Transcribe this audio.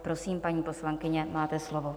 Prosím, paní poslankyně, máte slovo.